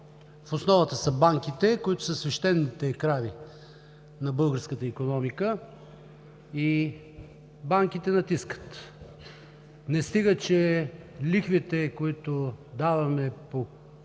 в основата са банките, които са „свещените крави“ на българската икономика и банките натискат. Не стига, че лихвите, които даваме по кредитите,